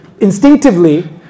Instinctively